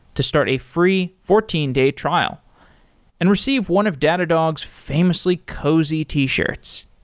to start a free fourteen day trial and receive one of datadog's famously cozy t-shirts.